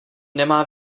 nemá